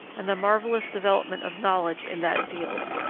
and the marvellous development of knowledge, in that field,